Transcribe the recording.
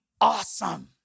awesome